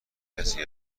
کسی